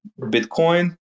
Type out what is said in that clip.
Bitcoin